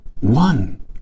one